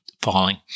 falling